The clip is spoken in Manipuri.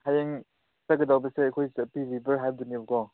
ꯍꯌꯦꯡ ꯆꯠꯀꯗꯧꯕꯁꯦ ꯑꯩꯈꯣꯏ ꯆꯥꯛꯄꯤ ꯔꯤꯕꯔ ꯍꯥꯏꯕꯗꯨꯅꯦꯕꯀꯣ